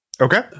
Okay